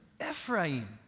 Ephraim